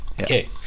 Okay